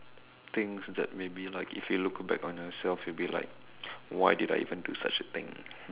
things that maybe like if you look back on yourself you'll be like why did I even do such a thing